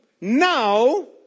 now